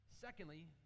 Secondly